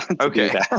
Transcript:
Okay